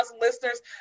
listeners